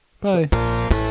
bye